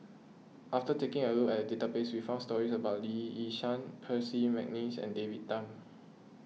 after taking a look at the database we found stories about Lee Yi Shyan Percy McNeice and David Tham